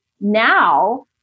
Now